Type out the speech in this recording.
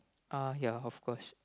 uh ya of course